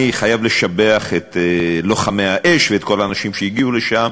אני חייב לשבח את לוחמי האש ואת כל האנשים שהגיעו לשם,